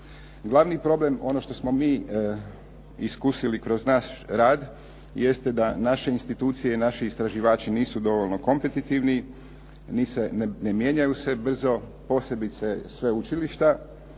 Glavni problem ono što smo mi iskusili kroz naš rad jeste da naše institucije i naši istraživači nisu dovoljno kompetitivni, ne mijenjaju se brzo, posebice sveučilišta